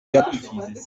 gap